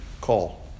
call